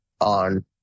on